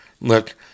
look